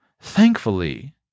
thankfully